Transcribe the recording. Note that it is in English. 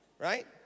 Right